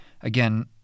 again